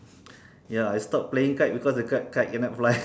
ya I stop playing kite because the kite kite cannot fly